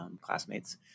classmates